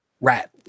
rat